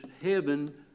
heaven